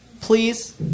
Please